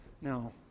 Now